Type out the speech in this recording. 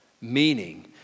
Meaning